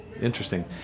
interesting